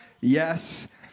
yes